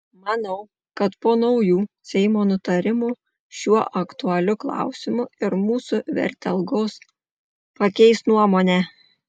manau kad po naujų seimo nutarimų šiuo aktualiu klausimu ir mūsų vertelgos pakeis nuomonę